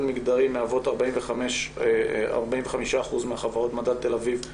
מגדרי מהוות 45% מחברות מדד תל אביב 125,